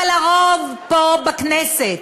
אבל הרוב פה בכנסת